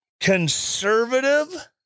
conservative